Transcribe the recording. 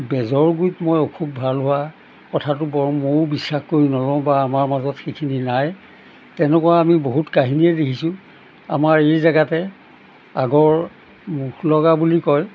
বেজৰ মই অসুখ ভাল হোৱা কথাটো বৰ ময়ো বিশ্বাস কৰি নলওঁ বা আমাৰ মাজত সেইখিনি নাই তেনেকুৱা আমি বহুত কাহিনীয়ে দেখিছোঁ আমাৰ এই জেগাতে আগৰ মুখ লগা বুলি কয়